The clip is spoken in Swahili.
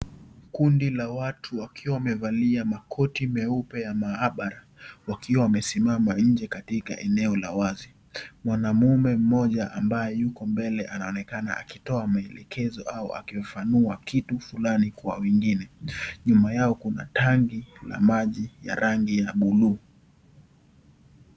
Kundi la watu wakiwa wamevalia makoti meupe ya maabara wakiwa wamesimama nje katika eneo la wazi , mwanaume mmoja ambaye yuko mbele anaonekana akitoa maelekezo au akifafanua kitu fulani kwa wengine nyuma yao kuna tanki ya maji ya rangi ya bluu.